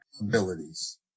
abilities